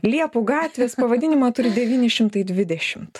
liepų gatvės pavadinimą turi devyni šimtai dvidešimt